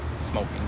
smoking